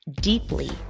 deeply